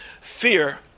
fear